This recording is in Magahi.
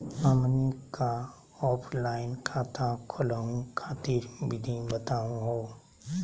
हमनी क ऑफलाइन खाता खोलहु खातिर विधि बताहु हो?